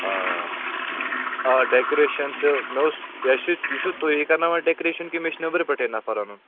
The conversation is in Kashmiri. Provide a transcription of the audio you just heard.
آ آ آ ڈیکریٚشَن تہٕ مےٚ اوس ویسے یہِ چھُو تُہی کَرناوان ڈیکریٚشَن کہِ مےٚ چھِ نبرٕ پٮ۪ٹھَے نَفر اَنُن